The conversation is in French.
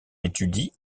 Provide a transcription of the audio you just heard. étudie